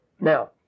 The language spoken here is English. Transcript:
Now